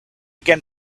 again